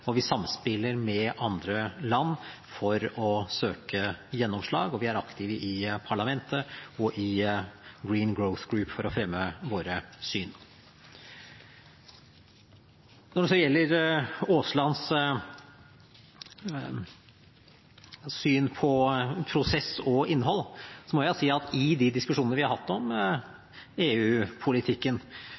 og vi samspiller med andre land for å søke gjennomslag, og vi er aktive i parlamentet og i Green Growth Group for å fremme våre syn. Når det så gjelder Aaslands syn på prosess og innhold, må jeg si at i de diskusjonene vi har hatt om